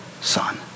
son